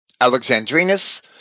Alexandrinus